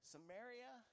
Samaria